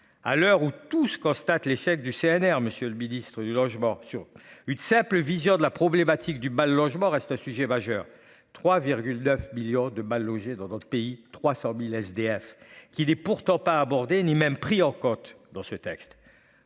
À l'heure où tous, constate l'échec du CNR, monsieur le ministre du Logement sur une simple vision de la problématique du mal-logement reste un sujet majeur. 3,9 millions de mal logés dans notre pays 300.000 SDF qui est pourtant pas abordé ni même pris en Côte dans ce texte